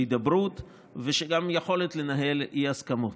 של הידברות וגם יכולת לנהל אי-הסכמות.